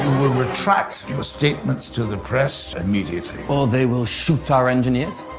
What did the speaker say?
will retract your statements to the press immediately. or they will shoot our engineers?